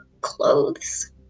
clothes